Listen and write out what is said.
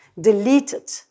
deleted